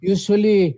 Usually